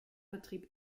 betrieb